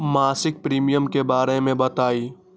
मासिक प्रीमियम के बारे मे बताई?